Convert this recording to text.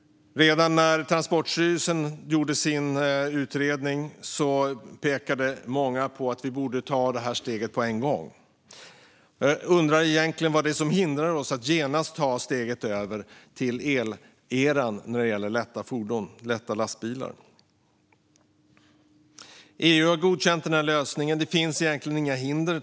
Redan när Transportstyrelsen gjorde sin utredning pekade många på att vi borde ta steget på en gång. Jag undrar vad det är som hindrar oss att genast ta det steget in i eleran när det gäller lätta fordon, lätta lastbilar. EU har godkänt denna lösning. Det finns egentligen inga hinder.